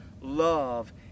love